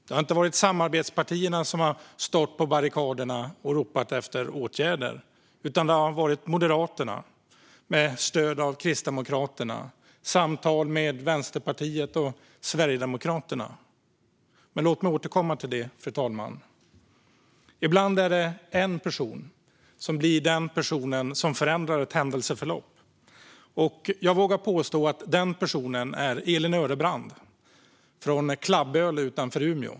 Det har inte varit samarbetspartierna som har stått på barrikaderna och ropat efter åtgärder, utan det har varit Moderaterna med stöd av Kristdemokraterna och efter samtal med Vänsterpartiet och Sverigedemokraterna. Låt mig, fru talman, återkomma till det. Ibland är det en person som blir den person som förändrar ett händelseförlopp. Jag vågar påstå att denna person är Elin Örebrand från Klabböle utanför Umeå.